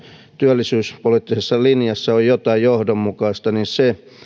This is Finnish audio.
työllisyyspoliittisessa linjassa on jotain johdonmukaista niin se